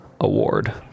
award